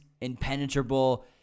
impenetrable